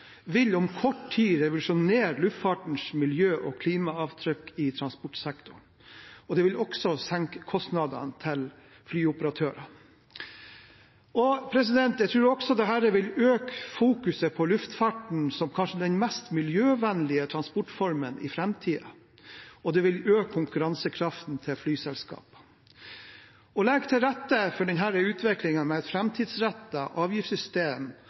vil om kort tid revolusjonere luftfartens miljø- og klimaavtrykk i transportsektoren. Det vil også senke kostnadene til flyoperatørene. Jeg tror også dette i økt grad vil sette luftfarten i fokus som kanskje den mest miljøvennlige transportformen i framtiden, og det vil øke konkurransekraften til flyselskapene. Å legge til rette for denne utviklingen med et framtidsrettet avgiftssystem